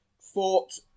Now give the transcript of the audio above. fought